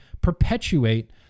perpetuate